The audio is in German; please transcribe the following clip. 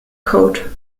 code